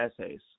essays